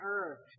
earth